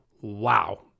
Wow